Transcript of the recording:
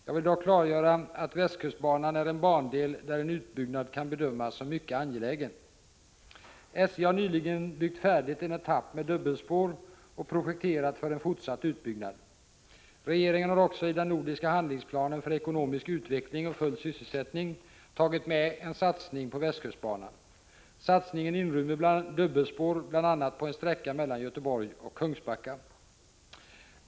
Jag vill dock klargöra att västkustbanan är en bandel där en utbyggnad kan bedömas som mycket angelägen. SJ har nyligen byggt färdigt en etapp med dubbelspår och projekterat för en fortsatt utbyggnad. Regeringen har också i den nordiska handlingsplanen för ekonomisk utveckling och full syssesättning tagit med en satsning på västkustbanan. Satsningen inrymmer dubbelspår bl.a. på en sträcka mellan Göteborg och Kungsbacka.